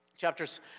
Chapters